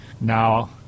Now